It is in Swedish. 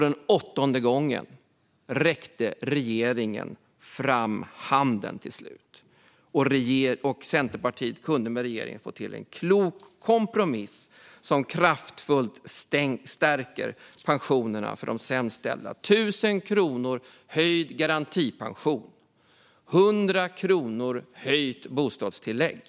Den åttonde gången räckte regeringen till slut fram handen, och Centerpartiet kunde tillsammans med regeringen få till en klok kompromiss som kraftfullt stärker pensionerna för de sämst ställda med 1 000 kronor i höjd garantipension och 100 kronor i höjt bostadstillägg.